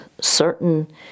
certain